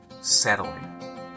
settling